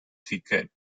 seeker